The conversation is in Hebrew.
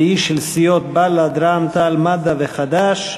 והיא של סיעות בל"ד, רע"ם-תע"ל-מד"ע וחד"ש: